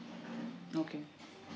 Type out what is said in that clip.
okay